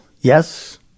Yes